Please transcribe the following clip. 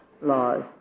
laws